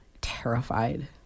terrified